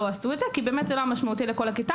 לא עשו את זה כי באמת זה לא היה משמעותי לכל הכיתה.